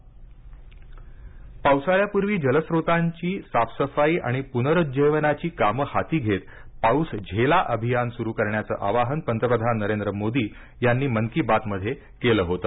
सीनानदी सफाई मोहिम पावसाळ्यापूर्वी जलस्रोतांची साफसफाई आणि पुनरूज्जीवनाची कामं हाती घेत पाऊस झेला अभियान सुरू करण्याचं आवाहन पंतप्रधान नरेंद्र मोदी यांनी मन की बात मध्ये केलं होतं